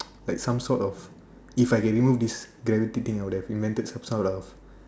like some sort of if I can remove this gravity thing I would have invented some sort of